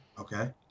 Okay